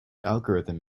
algorithm